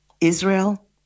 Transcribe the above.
Israel